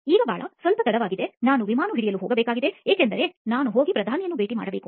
ಈಗ ಬಾಲಾ ಸ್ವಲ್ಪ ತಡವಾಗಿದೆ ನಾನು ವಿಮಾನ ಹಿಡಿಯಲು ಹೋಗಬೇಕಾಗಿದೆ ಏಕೆಂದರೆ ನಾನು ಹೋಗಿ ಪ್ರಧಾನಿಯನ್ನು ಭೇಟಿ ಮಾಡಬೇಕು